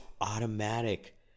automatic